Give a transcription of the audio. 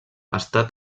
està